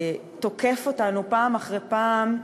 תוקף אותנו פעם אחרי פעם,